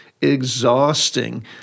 exhausting